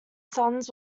sons